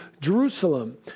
Jerusalem